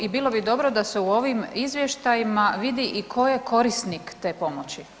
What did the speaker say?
I bilo bi dobro da se u ovim izvještajima vidi i tko je korisnik te pomoći?